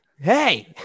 Hey